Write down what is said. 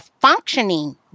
functioning